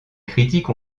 critiques